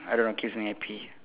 I don't know keeps me happy